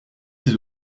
ses